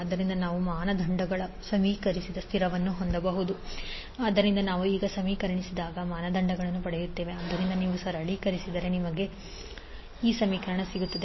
ಆದ್ದರಿಂದ ನಾವು ಮಾನದಂಡಗಳ ನವೀಕರಿಸಿದ ಸ್ಥಿರವನ್ನು ಹೊಂದಬಹುದು L1L2 M≥0⇒M≤L1L2 ಆದ್ದರಿಂದ ನಾವು ಈಗ ನವೀಕರಿಸಿದ ಮಾನದಂಡಗಳನ್ನು ಪಡೆಯುತ್ತೇವೆ ಆದ್ದರಿಂದ ನೀವು ಸರಳೀಕರಿಸಿದರೆ ನಿಮಗೆ M≤L1L2 ಸಿಗುತ್ತದೆ